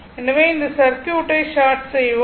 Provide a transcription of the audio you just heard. எனவே இந்த சர்க்யூட் ஐ ஷார்ட் செய்வோம்